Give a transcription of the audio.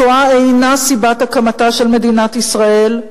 השואה אינה סיבת הקמתה של מדינת ישראל,